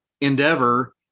endeavor